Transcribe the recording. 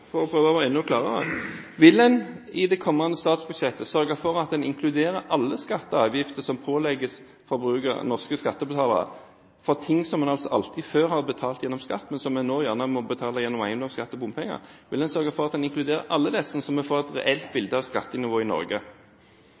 for å prøve å få dette enda klarere: Vil man i det kommende statsbudsjettet sørge for at man inkluderer alle skatter og avgifter som pålegges norske skattebetalere for ting som man altså alltid før har betalt gjennom skatt, men som man nå gjerne må betale gjennom eiendomsskatt og bompenger, så vi får et reelt bilde av skattenivået i Norge? Vi vil stå for det vi sa før valget i 2005, som vi